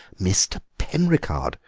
mr. penricarde,